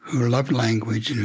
loved language